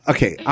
Okay